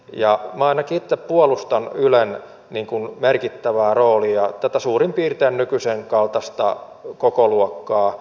ja minä ainakin itse puolustan ylen merkittävää roolia tätä suurin piirtein nykyisen kaltaista kokoluokkaa